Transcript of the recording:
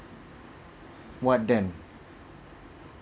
what then